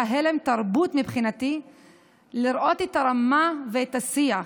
היה הלם תרבות מבחינתי לראות את הרמה ואת השיח.